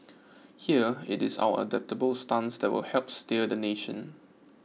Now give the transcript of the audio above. here it is our adaptable stance that will help steer the nation